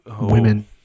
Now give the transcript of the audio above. Women